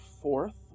fourth